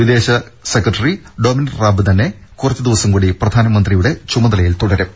വിദേശ secretary Dominic Raab തന്നെ കുറച്ചുദിവസംകൂടി പ്രധാനമന്ത്രിയുടെ ചുമതലയിൽ തുടരും